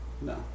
No